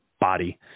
body